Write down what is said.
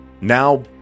now